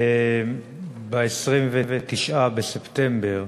ב-29 בספטמבר